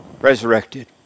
Resurrected